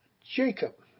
Jacob